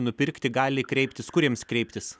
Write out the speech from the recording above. nupirkti gali kreiptis kur jiems kreiptis